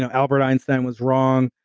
and albert einstein was wrong.